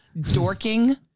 Dorking